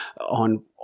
on